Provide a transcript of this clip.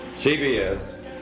CBS